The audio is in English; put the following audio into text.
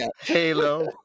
Halo